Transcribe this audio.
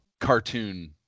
cartoon